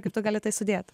kaip tu gali tai sudėt